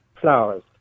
flowers